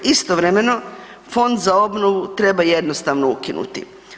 Istovremeno Fond za obnovu treba jednostavno ukinuti.